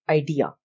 idea